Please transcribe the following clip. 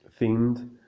themed